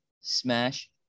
Smash